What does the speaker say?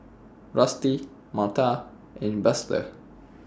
Rusty Marta and Buster